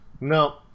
no